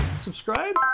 subscribe